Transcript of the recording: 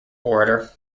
orator